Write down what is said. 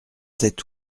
sept